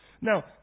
Now